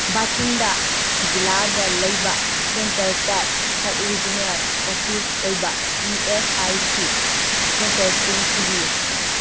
ꯕꯥꯊꯤꯟꯗꯥ ꯖꯤꯂꯥꯗ ꯂꯩꯕ centre type ꯁꯕ ꯔꯤꯖꯤꯅꯦꯜ ꯑꯣꯐꯤꯁ ꯑꯣꯏꯕ ꯏ ꯑꯦꯁ ꯑꯥꯏ ꯁꯤ ꯁꯦꯟꯇꯔꯁꯤꯡ ꯊꯤꯕꯤꯌꯨ